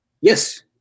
Yes